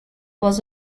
was